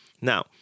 Now